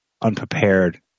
unprepared